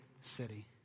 city